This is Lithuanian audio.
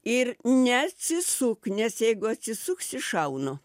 ir neatsisuk nes jeigu atsisuksi šaunu